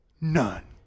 None